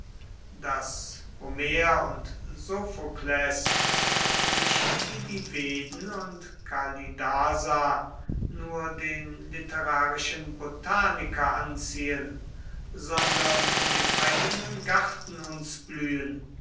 daß homer und sophokles nicht wie die veden und kalidasa nur den literarischen botaniker anziehen sondern in dem eigenen garten uns blühen